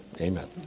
amen